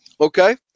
Okay